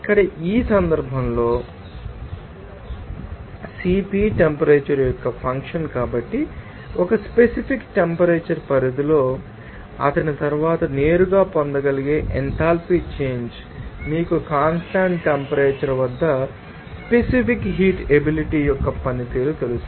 ఇక్కడ ఈ సందర్భంలో CP టెంపరేచర్ యొక్క ఫంక్షన్ కాబట్టి ఒక స్పెసిఫిక్ టెంపరేచర్ పరిధిలో మీరు అతని తర్వాత నేరుగా పొందగలిగే ఎంథాల్పీ చేంజ్ ఏమిటి మీకు కాన్స్టాంట్ టెంపరేచర్ వద్ద స్పెసిఫిక్ హీట్ ఎబిలిటీ యొక్క పనితీరు తెలుసు